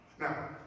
Now